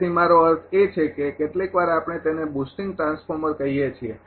તેથી મારો અર્થ એ છે કે કેટલીકવાર આપણે તેને બુસ્ટિંગ ટ્રાન્સફોર્મર કહીએ છીએ